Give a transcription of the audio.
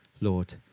Lord